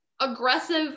aggressive